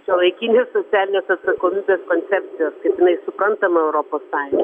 šiuolaikinės socialinės atsakomybės koncepcijos kaip jinai suprantama europos sąjun